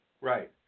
Right